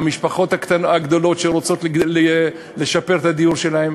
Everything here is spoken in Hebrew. המשפחות הגדולות שרוצות לשפר את הדיור שלהן?